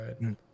Right